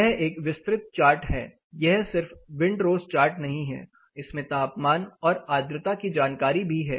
यह एक विस्तृत चार्ट है यह सिर्फ विंडरोज चार्ट नहीं है इसमें तापमान और आर्द्रता की जानकारी भी है